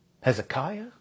Hezekiah